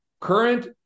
current